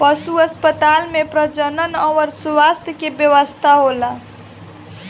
पशु अस्पताल में प्रजनन अउर स्वास्थ्य के व्यवस्था होला